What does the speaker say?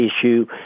issue